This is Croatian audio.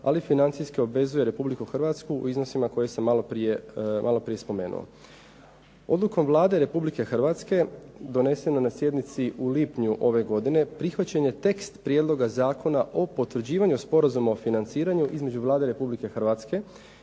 ali financijski obvezuje Republiku Hrvatsku u iznosima koje sam malo prije spomenuo. Odlukom Vlade Republike Hrvatske donesenoj na sjednici u lipnju ove godine, prihvaćen je tekst prijedloga zakona o potvrđivanju sporazuma o financiranju između Vlade Republike Hrvatske